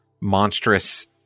monstrous